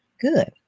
good